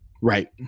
Right